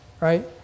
Right